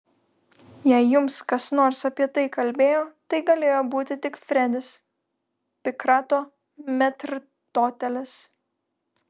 jei jums kas nors apie tai kalbėjo tai galėjo būti tik fredis pikrato metrdotelis